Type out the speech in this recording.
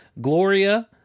Gloria